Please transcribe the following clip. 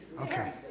Okay